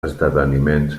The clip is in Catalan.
esdeveniments